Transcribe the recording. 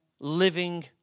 living